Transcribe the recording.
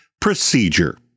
Procedure